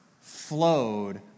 flowed